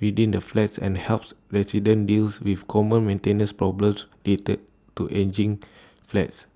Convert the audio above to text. within the flats and helps residents deals with common maintenance problems related to ageing flats